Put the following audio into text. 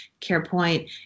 CarePoint